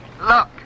Look